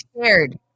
scared